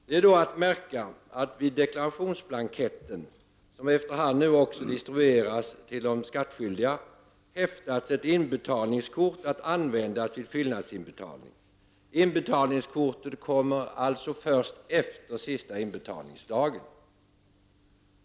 Det är då att märka att vid deklarationsblanketten, som efter hand nu också distribueras till de skattskyldiga, häftas ett inbetalningskort att användas vid fyllnadsinbetalning. Inbetalningskortet kommer alltså först efter den sista inbetalningsdagen.